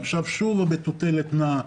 עכשיו שוב המטוטלת נעה,